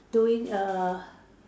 doing a